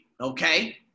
okay